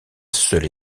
seule